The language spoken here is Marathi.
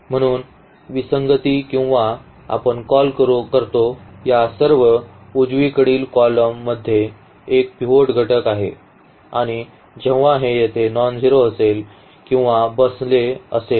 म्हणून विसंगत किंवा आपण कॉल करतो या सर्वात उजवीकडील कॉलम मध्ये एक पिव्होट घटक आहे आणि जेव्हा हे येथे नॉनझेरो असेल किंवा बसले असेल